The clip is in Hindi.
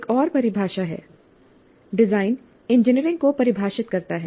एक और परिभाषा है डिजाइन इंजीनियरिंग को परिभाषित करता है